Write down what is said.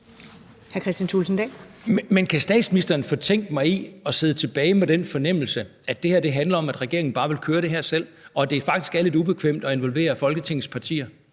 Men kan statsministeren fortænke mig i at sidde tilbage med den fornemmelse, at det her handler om, at regeringen bare vil køre det her selv, og at det faktisk er lidt ubekvemt at involvere Folketingets partier?